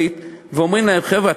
ואומרים להם: חבר'ה,